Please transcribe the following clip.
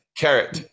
carrot